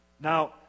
Now